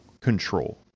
control